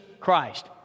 Christ